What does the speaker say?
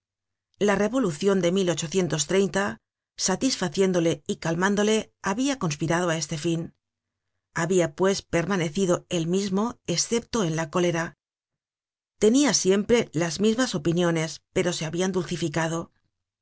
la revolucion de satisfaciéndole y calmándole habia conspirado á este fin habia pues permanecido el mismo escepto en la cólera tenia siempre las mismas opiniones pero se habian dulcificado